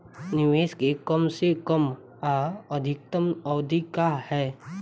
निवेश के कम से कम आ अधिकतम अवधि का है?